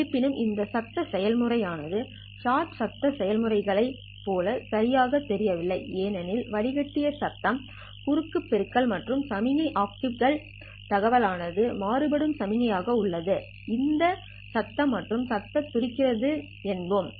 இருப்பினும் இந்த சத்தம் செயல்முறை ஆனது ஷாட் சத்தம் செயல்முறைகளைப் போல சரியாகத் தெரியவில்லை ஏனெனில் வடிகட்டிய சத்தம் குறுக்கு பெருக்கல் மற்றும் சமிக்ஞை ஆப்டிகல் தகவல் ஆனது மாறுபடும் சமிக்ஞை ஆக உள்ளது இதை சத்தம் மற்றும் சத்தம் துடிக்கிறது என்போம்